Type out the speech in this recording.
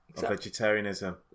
Vegetarianism